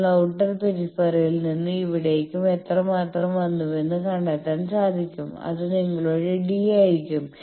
നിങ്ങൾ ഔട്ടർ പെരിഫെറിയിൽ നിന്ന് ഇവിടേക്ക് എത്രമാത്രം വന്നുവെന്ന് കണ്ടെത്താൻ സാധിക്കും അത് നിങ്ങളുടെ d ആയിരിക്കും